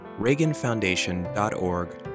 reaganfoundation.org